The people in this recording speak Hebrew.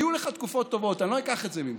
היו לך תקופות טובות, אני לא אקח את זה ממך,